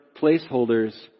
placeholders